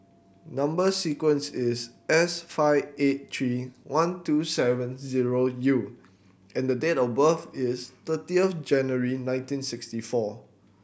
number sequence is S five eight three one two seven zero U and date of birth is thirtieth January nineteen sixty four